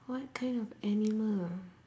what kind of animal ah